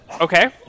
Okay